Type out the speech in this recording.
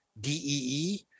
D-E-E